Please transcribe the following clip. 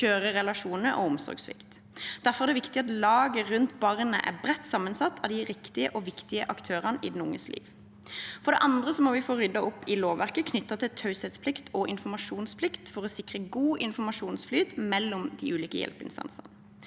skjøre relasjoner og omsorgssvikt. Derfor er det viktig at laget rundt barnet er bredt sammensatt av de riktige og viktige aktørene i den unges liv. For det andre må vi få ryddet opp i lovverket knyttet til taushetsplikt og informasjonsplikt for å sikre god informasjonsflyt mellom de ulike hjelpeinstansene.